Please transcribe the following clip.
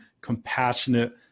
compassionate